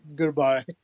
Goodbye